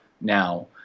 now